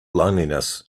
loneliness